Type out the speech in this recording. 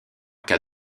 cas